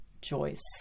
Joyce